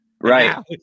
right